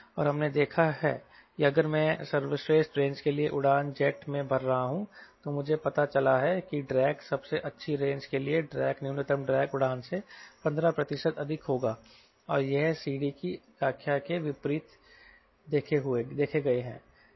और हमने देखा है कि अगर मैं सर्वश्रेष्ठ रेंज के लिए उड़ान जेट में भर रहा हूं तो मुझे पता चला है कि ड्रैग सबसे अच्छी रेंज के लिए ड्रैग न्यूनतम ड्रैग उड़ान से 15 प्रतिशत अधिक होगा और यह CD की व्याख्या के विपरीत देखे गए है